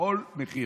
"בכל מחיר".